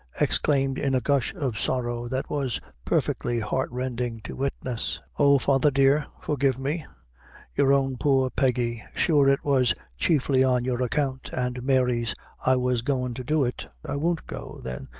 exclaimed in a gush of sorrow that was perfectly heart-rending to witness oh! father dear, forgive me your own poor peggy sure it was chiefly on your account and mary's i was goin' to do it. i won't go, then,